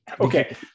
Okay